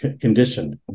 conditioned